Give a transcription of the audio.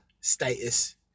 status